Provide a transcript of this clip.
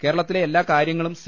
കേരളത്തിലെ എല്ലാകാര്യങ്ങളും സി